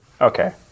Okay